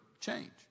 change